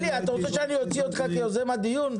אלי, אלי, אתה רוצה שאני אוציא אותך כיוזם הדיון?